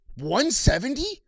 170